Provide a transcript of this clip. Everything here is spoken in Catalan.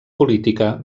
política